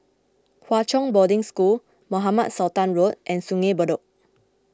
Hwa Chong Boarding School Mohamed Sultan Road and Sungei Bedok